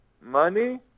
money